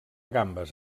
gambes